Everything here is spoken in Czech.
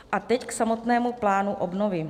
A teď k samotnému plánu obnovy.